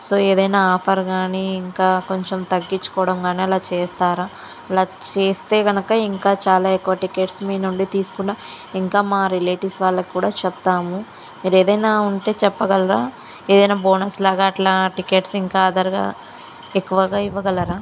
so ఏదైనా offer కానీ ఇంకా కొంచెం తగ్గించుకోవడం కానీ అలా చేస్తారా అలా చేస్తే కనుక ఇంకా చాలా ఎక్కువ టికెట్స్ మీనుండి తీసుకుంటాం ఇంకా మా రిలేటివ్స్ వాళ్ళకి కూడా చెప్తాము మీరు ఏదైనా ఉంటే చెప్పగలరా ఏదైనా బోనస్ లాగా అట్లా టికెట్స్ ఇంకా అదరగా ఎక్కువగా ఇవ్వగలరా